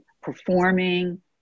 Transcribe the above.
performing